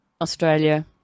australia